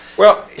well, yeah,